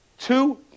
Two